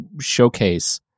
showcase